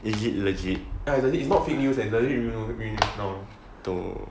is it legit elderly it's not fake news and early you know the wind now too